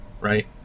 Right